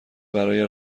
برای